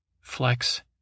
Flex